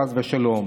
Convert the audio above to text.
חס ושלום,